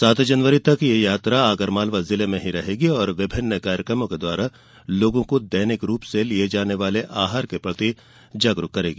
सात जनवरी तक ये यात्रा आगरमलावा जिले में ही रहेगी और विभिन्न कार्यक्रमों के द्वारा लोगों को दैनिक रूप से लिये जाने वाले आहार के प्रति जागरूक करेगी